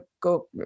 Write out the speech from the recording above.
go